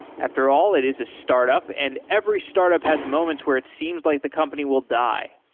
after all, it is a startup and every startup has moments where it seems like the company will die